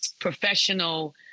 professional